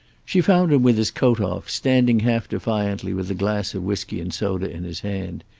she found him with his coat off, standing half defiantly with a glass of whisky and soda in his hand.